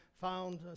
found